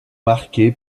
marqué